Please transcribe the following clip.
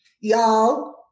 y'all